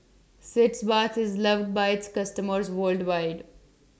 Sitz Bath IS loved By its customers worldwide